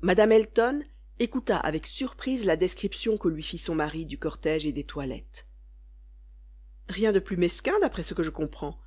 mme elton écouta avec surprise la description que lui fit son mari du cortège et des toilettes rien de plus mesquin d'après ce que je comprends